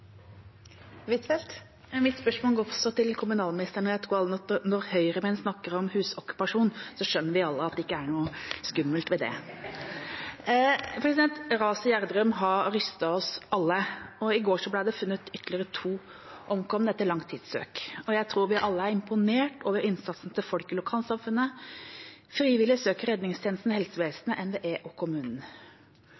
Mitt spørsmål går også til kommunalministeren. For ordens skyld tror jeg at når Høyre-menn snakker om husokkupasjon, skjønner vi alle at det ikke er noe skummelt ved det. Raset i Gjerdrum har rystet oss alle, og i går ble det funnet ytterligere to omkomne, etter lang tids søk. Jeg tror vi alle er imponert over innsatsen fra folk i lokalsamfunnet, frivillige i søk- og redningstjenesten,